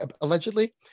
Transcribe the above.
Allegedly